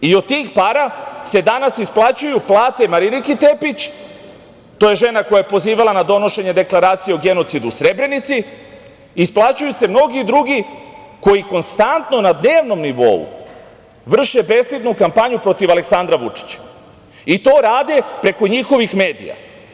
I od tih para se danas isplaćuju plate Mariniki Tepić, to je žena koja je pozivala na donošenje deklaracije o genocidu u Srebrenici, isplaćuju se mnogi drugi koji konstantno na dnevnom nivou vrše bestidnu kampanju protiv Aleksandra Vučića i to rade preko njihovih medija.